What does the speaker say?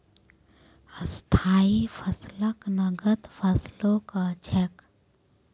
स्थाई फसलक नगद फसलो कह छेक